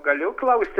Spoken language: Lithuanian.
galiu klausti